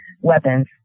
weapons